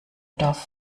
dorf